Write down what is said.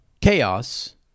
chaos